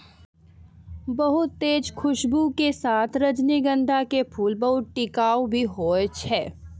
बहुत तेज खूशबू के साथॅ रजनीगंधा के फूल बहुत टिकाऊ भी हौय छै